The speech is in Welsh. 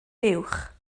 buwch